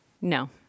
no